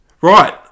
Right